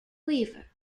weaver